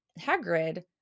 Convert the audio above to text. hagrid